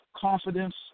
confidence